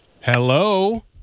hello